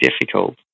difficult